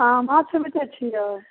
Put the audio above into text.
अहाँ माँछ बेचै छिए